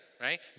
right